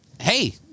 hey